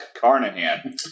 Carnahan